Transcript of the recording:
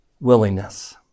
willingness